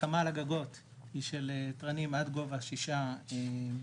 הקמה על הגגות היא של טרנים עד לגובה שישה מטרים,